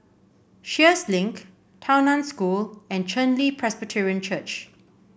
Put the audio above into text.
Sheares Link Tao Nan School and Chen Li Presbyterian Church